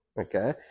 Okay